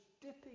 dipping